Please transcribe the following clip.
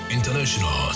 International